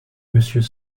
monsieur